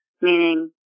Meaning